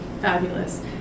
Fabulous